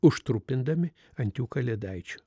užtrumpindami ant jų kalėdaičio